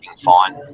fine